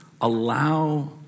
allow